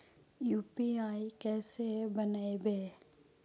UPI कैसे बनइबै?